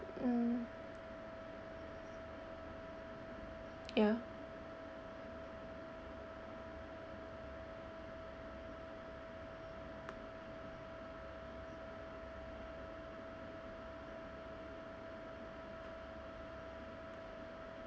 mm ya